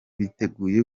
biteguye